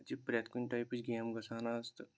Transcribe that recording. اَتہِ چھِ پِرٛٮ۪تھ کُنہِ ٹَایپٕچ گیمہٕ گَژھان اَز تہٕ